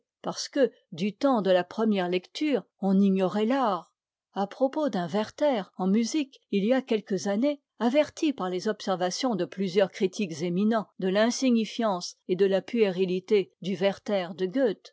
parce que du temps de la première lecture on ignorait l'art à propos d'un werther en musique il y a quelques années averti par les observations de plusieurs critiques éminents de l'insignifiance et de la puérilité du werther de gœthe